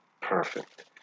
perfect